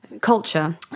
culture